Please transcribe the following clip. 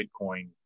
Bitcoin